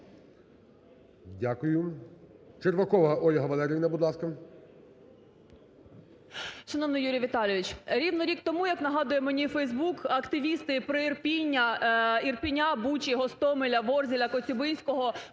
Дякую. Червакова Ольга Валеріївна, будь ласка.